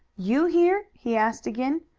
you here? he asked again.